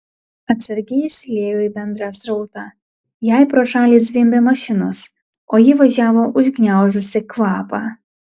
atsargiai įsiliejo į bendrą srautą jai pro šalį zvimbė mašinos o ji važiavo užgniaužusi kvapą